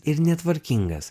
ir netvarkingas